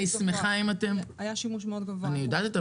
אני יודעת את המספרים,